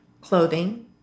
clothing